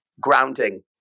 grounding